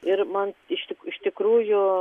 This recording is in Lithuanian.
ir man iš tik iš tikrųjų